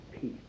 peace